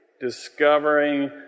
discovering